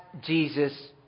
Jesus